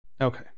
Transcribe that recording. Okay